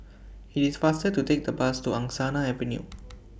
IT IS faster to Take The Bus to Angsana Avenue